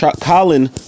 Colin